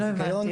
לא הבנתי.